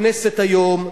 הכנסת היום,